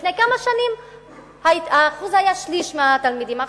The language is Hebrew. לפני כמה שנים השיעור היה שליש מהתלמידים.